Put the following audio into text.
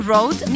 Road